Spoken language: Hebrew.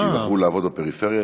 שייבחרו לעבוד בפריפריה,